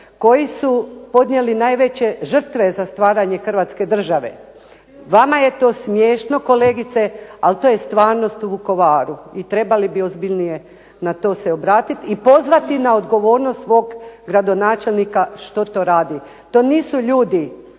koji su podnijeli najveće žrtve za stvaranje Hrvatske države. Vama je to smiješno, kolegice, ali to je stvarnost u Vukovaru i trebali bi ozbiljnije na to se obratiti i pozvati na odgovornost svog gradonačelnika što to radi. To nisu ljudi